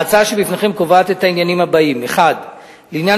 ההצעה שבפניכם קובעת את העניינים הבאים: 1. לעניין